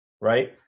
right